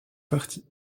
parti